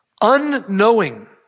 unknowing